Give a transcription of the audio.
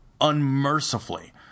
unmercifully